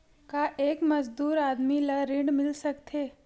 का एक मजदूर आदमी ल ऋण मिल सकथे?